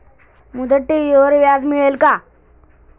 मुदत ठेवीवर व्याज मिळेल का?